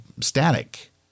static